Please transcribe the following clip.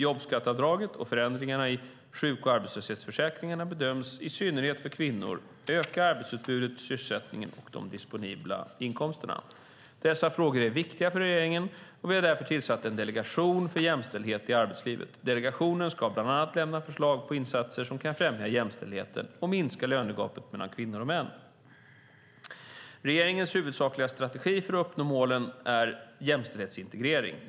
Jobbskatteavdraget och förändringarna i sjuk och arbetslöshetsförsäkringarna bedöms, i synnerhet för kvinnor, öka arbetsutbudet, sysselsättningen och de disponibla inkomsterna. Dessa frågor är viktiga för regeringen, och vi har därför tillsatt en delegation för jämställdhet i arbetslivet. Delegationen ska bland annat lämna förslag på insatser som kan främja jämställdheten och minska lönegapet mellan kvinnor och män. Regeringens huvudsakliga strategi för att uppnå målen är jämställdhetsintegrering.